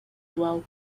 dual